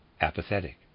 apathetic